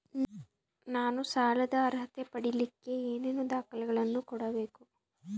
ನಾನು ಸಾಲದ ಅರ್ಹತೆ ಪಡಿಲಿಕ್ಕೆ ಏನೇನು ದಾಖಲೆಗಳನ್ನ ನೇಡಬೇಕು?